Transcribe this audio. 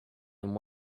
and